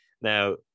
Now